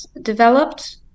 developed